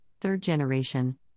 third-generation